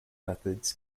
methods